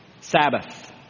Sabbath